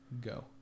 Go